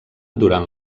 durant